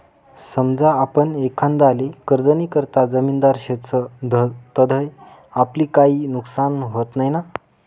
समजा आपण एखांदाले कर्जनीकरता जामिनदार शेतस तधय आपलं काई नुकसान व्हत नैना?